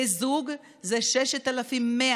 לזוג זה 6,100,